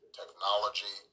technology